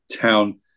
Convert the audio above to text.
Town